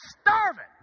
starving